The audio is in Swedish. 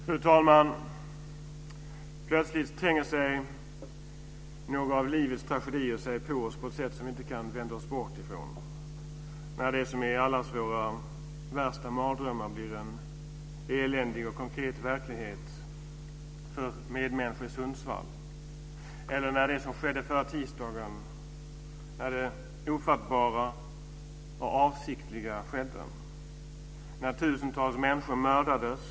Fru talman! Plötsligt tränger sig några av livets tragedier på oss på ett sätt som vi inte kan vända oss bort ifrån; när det som finns i våra värsta mardrömmar blir en eländig och konkret verklighet för medmänniskor i Sundsvall, eller som förra tisdagen när det ofattbara och avsiktliga skedde. Tusentals människor mördades.